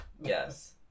Yes